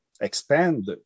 expand